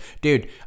dude